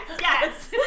yes